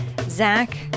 Zach